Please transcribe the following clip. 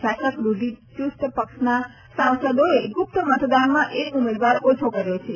શાસક રૂઢિચુસ્ત પક્ષના સાંસદોએ ગુપ્ત મતદાનમાં એક ઉમેદવાર ઓછો કર્યો છે